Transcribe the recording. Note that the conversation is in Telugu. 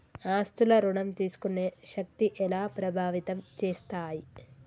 ఆస్తుల ఋణం తీసుకునే శక్తి ఎలా ప్రభావితం చేస్తాయి?